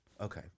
Okay